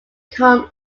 come